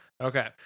Okay